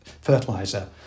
fertilizer